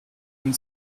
and